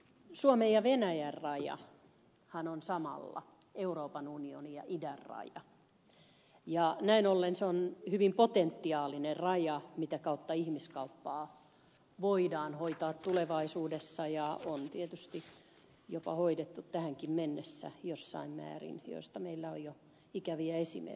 suomen ja venäjän rajahan on samalla euroopan unionin ja idän raja ja näin ollen se on hyvin potentiaalinen raja mitä kautta ihmiskauppaa voidaan hoitaa tulevaisuudessa ja on tietysti jopa hoidettu tähänkin mennessä jossain määrin mistä meillä on jo ikäviä esimerkkejä